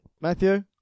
Matthew